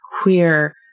queer